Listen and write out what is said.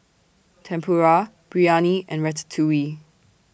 Tempura Biryani and Ratatouille